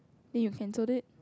then you cancelled it